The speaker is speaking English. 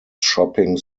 shopping